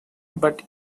but